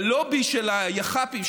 הלוביסטים של היח"פים,